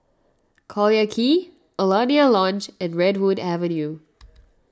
Collyer Quay Alaunia Lodge and Redwood Avenue